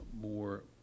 more